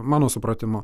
mano supratimu